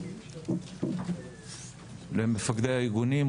למפקדי הארגונים,